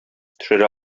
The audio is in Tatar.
төшерә